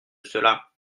cela